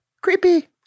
Creepy